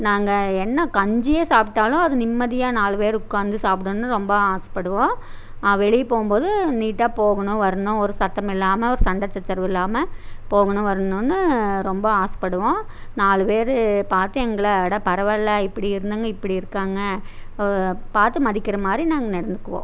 நாங்கள் என்ன கஞ்சியே சாப்பிட்டாலும் அது நிம்மதியாக நாலு பேர் உட்காந்து சாப்பிடணுன்னு ரொம்ப ஆசைப்படுவோம் வெளியே போகும்போது நீட்டாக போகணும் வரணும் ஒரு சத்தமில்லாமல் ஒரு சண்டை சச்சரவு இல்லாமல் போகணும் வரணுன்னு ரொம்ப ஆசைப்படுவோம் நாலு பேர் பார்த்து எங்களை அட பரவாக இல்லை இப்படி இருந்தவங்க இப்படி இருக்காங்க பார்த்து மதிக்கிற மாதிரி நாங்கள் நடந்துக்குவோம்